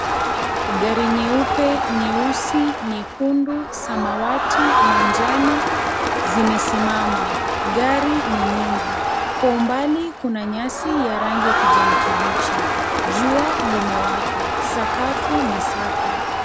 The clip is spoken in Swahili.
Gari nyeupe, nyeusi, nyekundu, samawati, manjano zimesimama gari ni nyingi, kwa umbali kuna nyasi ya rangi ya kijani kibichi jua limewaka, sakafu ni safi.